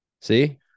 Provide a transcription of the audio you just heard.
see